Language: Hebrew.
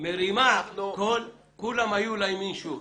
מרימה קול, כולם היו לימין שור.